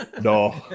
No